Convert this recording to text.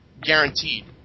guaranteed